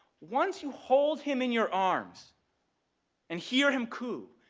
once you hold him in your arms and hear him coo,